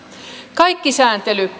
kaikki sääntely